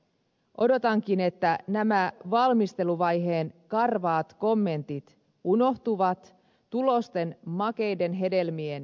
odotankin että nämä valmisteluvaiheen karvaat kommentit unohtuvat tulosten makeiden hedelmien kypsyessä